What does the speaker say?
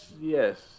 Yes